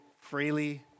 freely